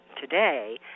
today